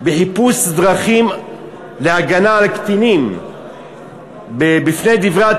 בחיפוש דרכים להגנה על קטינים מפני דברי